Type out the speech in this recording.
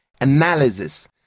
analysis